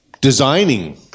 designing